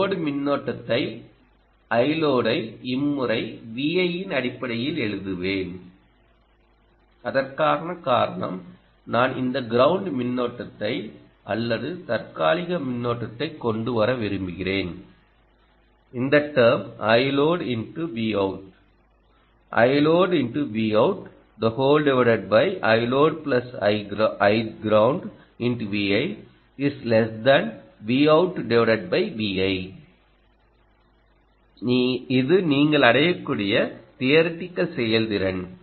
load மின்னோட்டத்தை iload ஐ இம்முறை Vi இன் அடிப்படையில் எழுதுவேன் அதற்கான காரணம் நான் இந்த கிரவுண்ட் மின்னோட்டத்தை அல்லது தற்காலிக மின்னோட்டத்தை கொண்டு வர விரும்புகிறேன் இந்த டெர்ம் iloadVout இது நீங்கள் அடையக்கூடிய தியரிட்டிக்கல் செயல்திறன்